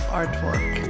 artwork